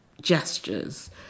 gestures